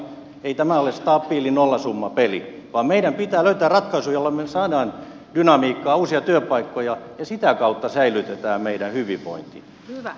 ei tämä ole stabiili nollasummapeli vaan meidän pitää löytää ratkaisu jolla me saamme dynamiikkaa uusia työpaikkoja ja sitä kautta säilytämme meidän hyvinvointimme